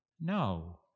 No